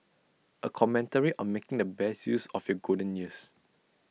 A commentary on making the best use of your golden years